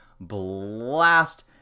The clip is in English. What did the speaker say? blast